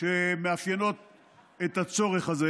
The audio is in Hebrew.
שמאפיינות את הצורך הזה